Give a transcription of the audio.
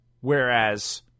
whereas